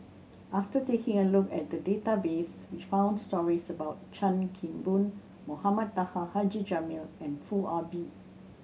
after taking a look at the database we found stories about Chan Kim Boon Mohamed Taha Haji Jamil and Foo Ah Bee